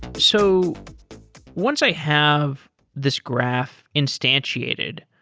so once i have this graph instantiated,